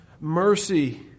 Mercy